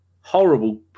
Horrible